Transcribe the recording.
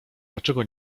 dlaczego